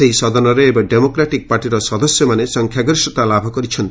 ସେହି ସଦନରେ ଏବେ ଡ୍ରେମୋକ୍ରାଟିକ ପାର୍ଟିର ସଦସ୍ୟମାନେ ସଂଖ୍ୟାଗରିଷ୍ଠତା ଲାଭ କରିଛନ୍ତି